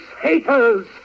haters